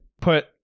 put